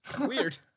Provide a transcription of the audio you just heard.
weird